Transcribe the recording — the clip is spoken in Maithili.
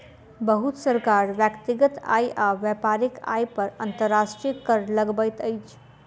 बहुत सरकार व्यक्तिगत आय आ व्यापारिक आय पर अंतर्राष्ट्रीय कर लगबैत अछि